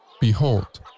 behold